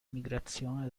migrazione